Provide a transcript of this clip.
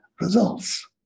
results